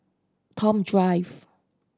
Toh Drive